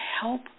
help